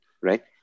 right